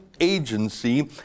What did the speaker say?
agency